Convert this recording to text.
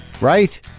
right